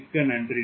மிக்க நன்றி